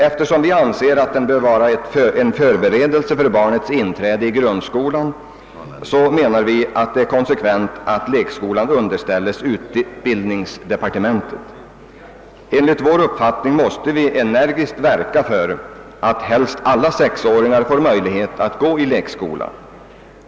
Eftersom vi anser att den bör vara en förberedelse för barnets inträde i grundskolan menar vi att det är konsekvent att lekskolan underställes utbildningsdepartementet. Enligt vår uppfattning måste vi energiskt verka för att helst alla sexåringar skall få möjlighet att gå i lekskola.